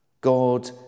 God